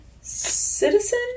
citizen